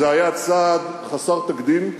זה היה צעד חסר תקדים,